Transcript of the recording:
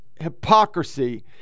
hypocrisy